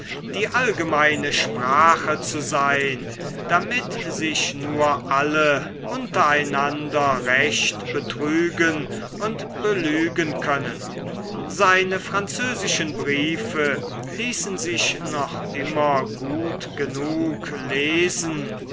die allgemeine sprache zu sein damit sie sich nur alle untereinander recht betrügen und belügen können seine französischen briefe ließen sich noch immer gut genug lesen